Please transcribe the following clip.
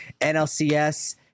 NLCS